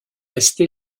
resté